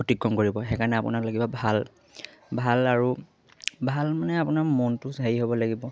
অতিক্ৰম কৰিব সেইকাৰণে আপোনাৰ লাগিব ভাল ভাল আৰু ভাল মানে আপোনাৰ মনটো হেৰি হ'ব লাগিব